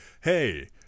hey